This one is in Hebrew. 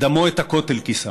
/ ודמו את הכותל כיסה".